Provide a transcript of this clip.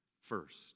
first